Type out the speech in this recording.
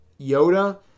Yoda